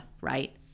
Right